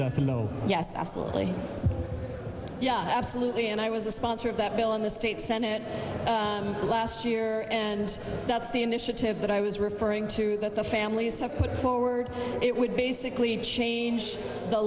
them no yes absolutely yeah absolutely and i was a sponsor of that bill in the state senate last year and that's the initiative that i was referring to that the families have put forward it would basically change the